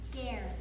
scared